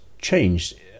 changed